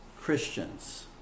Christians